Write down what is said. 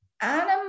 Adam